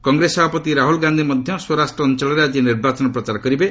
କଂଗ୍ରେସ ସଭାପତି ରାହୁଲ୍ ଗାନ୍ଧି ମଧ୍ୟ ସ୍ୱରାଷ୍ଟ୍ର ଅଞ୍ଚଳରେ ଆଜି ନିର୍ବାଚନ ପ୍ରଚାର କରିବେ